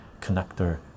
connector